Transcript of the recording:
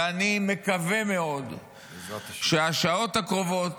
ואני מקווה מאוד שהשעות הקרובות,